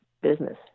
business